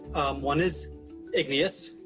one is igneous.